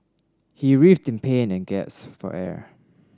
he writhed in pain and gasped for air